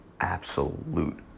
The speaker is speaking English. absolute